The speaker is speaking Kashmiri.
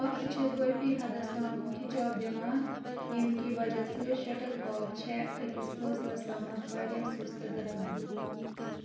پَکھٕ چھِ کٲفی حدَس تام کھِچاو دِوان ییٚمۍ کہِ وَجہ سۭتۍ شَٹَل کاک چھےٚ أکِس فاصلَس تامَتھ واریاہ سُستہٕ گژھان